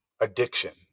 addiction